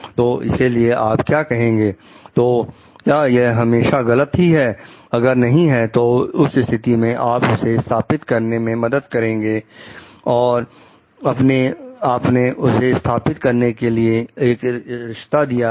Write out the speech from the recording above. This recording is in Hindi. तो इसके लिए आप क्या कहेंगे तो क्या यह हमेशा गलत ही है अगर नहीं है तो उस स्थिति में आप उसे स्थापित करने में मदद करेंगे और आपने उसे स्थापित करने के लिए एक रिश्ता दिया है